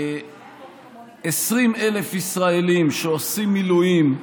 20,000 ישראלים שעושים מילואים,